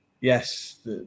Yes